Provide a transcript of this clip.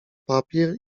papier